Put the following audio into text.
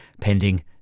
pending